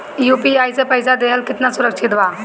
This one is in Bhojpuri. यू.पी.आई से पईसा देहल केतना सुरक्षित बा?